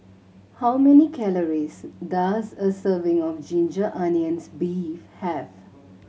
how many calories does a serving of ginger onions beef have